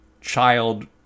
child